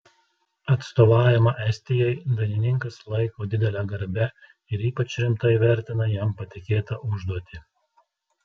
atstovavimą estijai dainininkas laiko didele garbe ir ypač rimtai vertina jam patikėtą užduotį